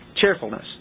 cheerfulness